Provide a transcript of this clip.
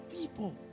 people